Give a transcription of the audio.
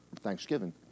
Thanksgiving